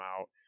out